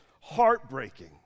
heartbreaking